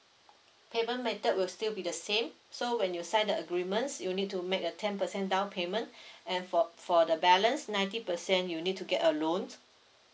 payment method will still be the same so when you sign the agreements you need to make a ten percent down payment and for for the balance ninety percent you need to get a loan